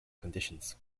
conditions